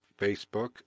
Facebook